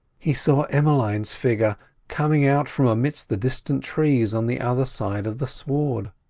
he saw emmeline's figure coming out from amidst the distant trees on the other side of the sward.